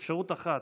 אפשרות אחת,